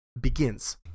begins